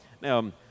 now